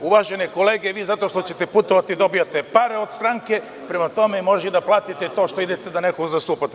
Uvažene kolege, vi zato što ćete putovati, dobijate pare od stranke, prema tome možete i da platite to što idete nekog da zastupate.